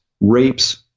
rapes